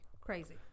crazy